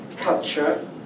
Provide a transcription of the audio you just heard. culture